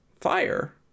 fire